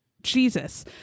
jesus